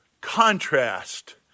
contrast